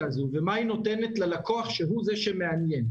הזו ומה היא נותנת ללקוח שהוא זה שמעניין.